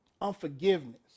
unforgiveness